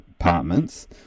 apartments